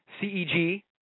C-E-G